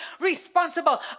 responsible